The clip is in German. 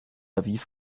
aviv